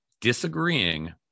disagreeing